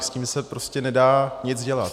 S tím se prostě nedá nic dělat.